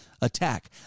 attack